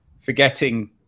forgetting